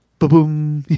boom.